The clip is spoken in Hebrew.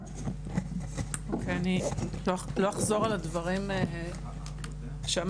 אני לא אחזור על הדברים שאמרת.